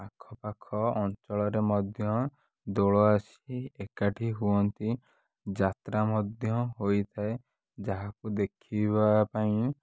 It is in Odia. ଆଖପାଖ ଅଞ୍ଚଳରେ ମଧ୍ୟ ଦୋଳ ଆସି ଏକାଠି ହୁଅନ୍ତି ଯାତ୍ରା ମଧ୍ୟ ହୋଇଥାଏ ଯାହାକୁ ଦେଖିବା ପାଇଁ